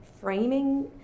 framing